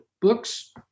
books